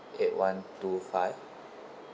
eight one two five